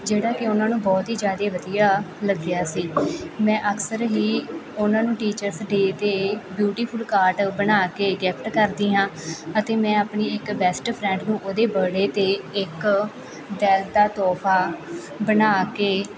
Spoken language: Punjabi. ਜਿਹੜਾ ਕਿ ਉਹਨਾਂ ਨੂੰ ਬਹੁਤ ਹੀ ਜ਼ਿਆਦਾ ਵਧੀਆ ਲੱਗਿਆ ਸੀ ਮੈਂ ਅਕਸਰ ਹੀ ਉਹਨਾਂ ਨੂੰ ਟੀਚਰਸ ਡੇ 'ਤੇ ਬਿਊਟੀਫੁਲ ਕਾਟ ਬਣਾ ਕੇ ਗਿਫਟ ਕਰਦੀ ਹਾਂ ਅਤੇ ਮੈਂ ਆਪਣੀ ਇੱਕ ਬੈਸਟ ਫਰੈਂਡ ਨੂੰ ਉਹਦੇ ਬਰਡੇ 'ਤੇ ਇੱਕ ਦਿਲ ਦਾ ਤੋਹਫ਼ਾ ਬਣਾ ਕੇ